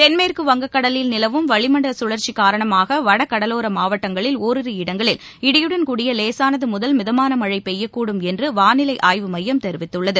Ken மேற்குவங்ககடலில் நிலவும் வளிமண்டலசுழற்சிகாரணமாகவடகடலோரமாவட்டங்களில் ஓரிரு இடங்களில் இடியுடன் கூடிய லேசானதுமுதல் மிதமானமழைபெய்யக்கூடும் என்றுவானிலைஆய்வு மையம் தெரிவித்துள்ளது